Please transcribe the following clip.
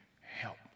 help